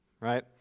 right